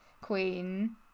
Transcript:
queen